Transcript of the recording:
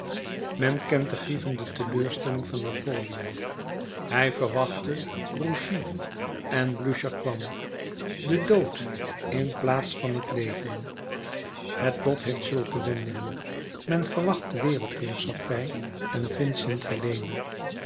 men kent de grievende teleurstelling van napoleon hij verwachtte grouchy en blücher kwam de dood in plaats van het leven het lot heeft zulke wendingen men verwacht de wereldheerschappij en vindt